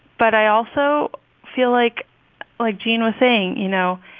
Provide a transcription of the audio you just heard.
but i also feel like like jean was saying, you know,